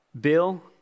Bill